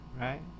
right